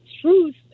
truth